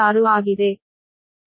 6 ಆಗಿದೆ